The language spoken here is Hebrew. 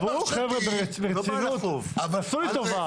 חבר'ה, ברצינות, תעשו לי טובה.